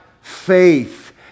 faith